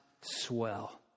swell